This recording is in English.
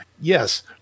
yes